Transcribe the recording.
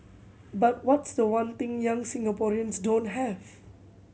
but what's the one thing young Singaporeans don't have